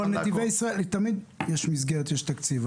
תמיד יש מסגרת ויש תקציב,